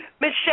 Michelle